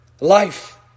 life